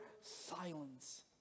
silence